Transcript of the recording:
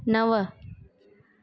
नव